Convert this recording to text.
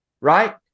right